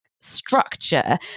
structure